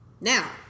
now